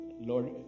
Lord